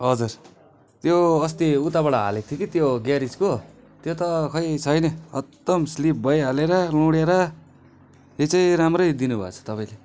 हजुर त्यो अस्ति उताबाट हालेको थियो कि त्यो गेरिजको त्यो त खोइ छैन खत्तम स्लिप भइहालेर लुँडेर यो चाहिँ राम्रै दिनु भएछ तपाईँले